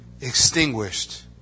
extinguished